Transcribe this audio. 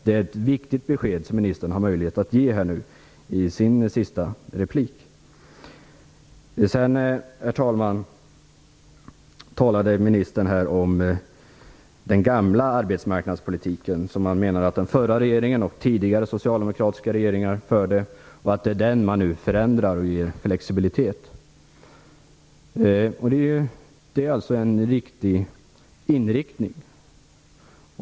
Det är ett viktigt besked som ministern nu har möjlighet att ge i sitt sista inlägg. Herr talman! Ministern talade här om den gamla arbetsmarknadspolitiken som han menar att den förra regeringen och tidigare socialdemokratiska regeringar förde och att det är den man nu förändrar och ger flexibilitet. Det är en riktig inriktning.